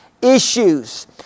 issues